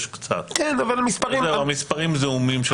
המספרים זעומים.